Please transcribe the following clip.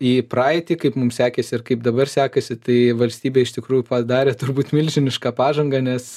į praeitį kaip mums sekėsi ir kaip dabar sekasi tai valstybė iš tikrųjų padarė turbūt milžinišką pažangą nes